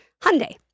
Hyundai